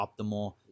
optimal